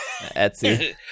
Etsy